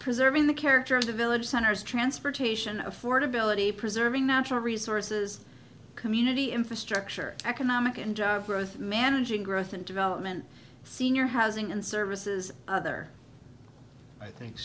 preserving the character of the village centers transportation affordability preserving natural resources community infrastructure economic and job growth managing growth and development senior housing and services other i think